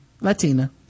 latina